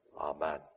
Amen